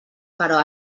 però